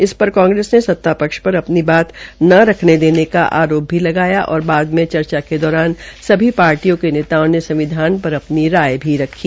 इस पर कांग्रेस के सतापक्ष पर अपनी बात न रख्ने का आरोप लगाया और बाद में चर्चा के दौरान सभी पार्टियों के नेताओ ने संविधान पर अपनी राय भी रखी